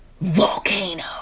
Volcano